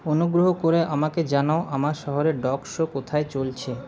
অনুগ্রহ করে আমাকে জানাও আমার শহরে ডগ শো কোথায় চলছে